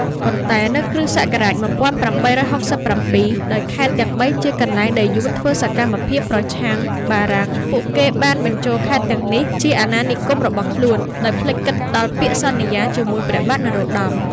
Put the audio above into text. ប៉ុន្តែនៅគ.ស. ១៨៦៧ ដោយខេត្តទាំងបីជាកន្លែងដែលយួនធ្វើសកម្មភាពប្រឆាំងបារាំង ពួកគេបានបញ្ចូលខេត្តទាំងនេះជាអាណានិគមរបស់ខ្លួន ដោយភ្លេចគិតដល់ពាក្យសន្យាជាមួយព្រះបាទនរោត្តម។